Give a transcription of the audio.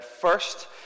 First